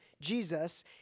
Jesus